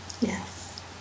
Yes